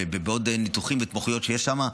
בעוד ניתוחים והתמחויות שיש שם,